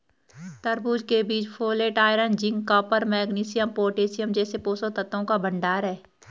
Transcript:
तरबूज के बीज folate, iron, zinc, copper, magnesium, potassium जैसे पोषक तत्वों का भंडार है